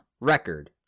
record